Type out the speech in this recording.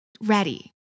ready